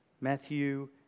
Matthew